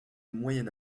moyen